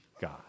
God